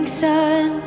sun